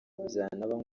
byanaba